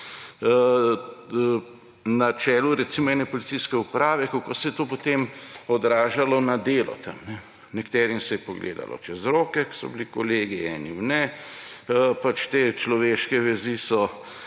na čelu recimo ene policijske uprave, kako se je to potem odražalo na delu tam. Nekaterim se je pogledalo čez roke, ker so bili kolegi, enim ne; pač te človeške vezi so